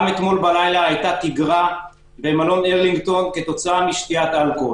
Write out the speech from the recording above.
גם אתמול בלילה הייתה תגרה במלון ארלינגטון כתוצאה משתיית אלכוהול.